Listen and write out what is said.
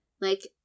Like-